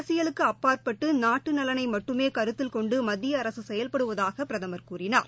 அரசியலுக்கு அப்பாற்பட்டுநாட்டுநலனைமட்டுமேகருத்தில் கொண்டுமத்தியஅரசுசெயல்படுவதாகபிரதம் கூறினார்